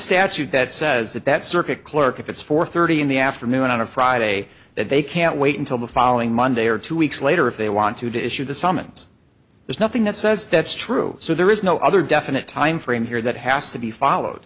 statute that says that that circuit clerk if it's four thirty in the afternoon on a friday that they can't wait until the following monday or two weeks later if they want to to issue the summons there's nothing that says that's true so there is no other definite time frame here that has to be followed